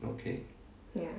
ya